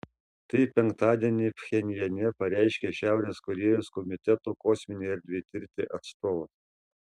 tai penktadienį pchenjane pareiškė šiaurės korėjos komiteto kosminei erdvei tirti atstovas